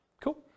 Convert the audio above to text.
Cool